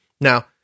Now